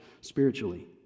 spiritually